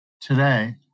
Today